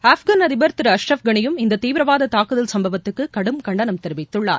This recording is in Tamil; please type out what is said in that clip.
ஆப்கான் அதிபர் திரு அஸ்ரப் கானியும் இந்ததீவிரவாததாக்குதல் சும்பவத்துக்குகடும் கண்டனம் தெரிவித்துள்ளார்